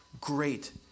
great